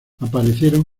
aparecieron